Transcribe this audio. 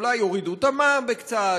אולי יורידו את המע"מ בקצת,